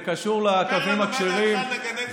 זה קשור לקווים הכשרים.